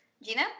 Gina